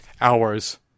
hours